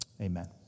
Amen